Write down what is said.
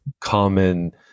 common